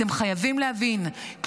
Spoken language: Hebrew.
אתם חייבים להבין, תודה רבה.